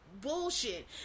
bullshit